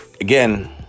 again